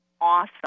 awesome